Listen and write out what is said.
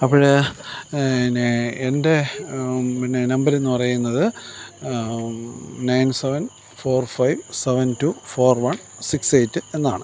അപ്പോൾ നെ എൻ്റെ പിന്നെ നമ്പരെന്ന് പറയുന്നത് nine seven four five seven two four one six eight എന്നാണ്